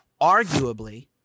arguably